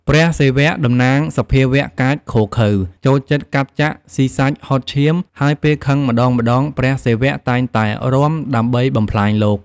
ព្រះសិវៈតំណាងសភាវៈកាចឃោរឃៅ ចូលចិត្តកាប់ចាក់ ស៊ីសាច់ហុតឈាម ហើយពេលខឹងម្តងៗព្រះសិវៈតែងតែរាំដើម្បីបំផ្លាញលោក។